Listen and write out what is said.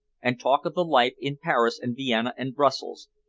and talk of the life in paris, and vienna, and brussels,